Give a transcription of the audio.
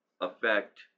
affect